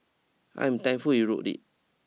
I am thankful you wrote it